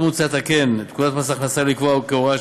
עוד מוצע לתקן את פקודת מס הכנסה ולקבוע כהוראת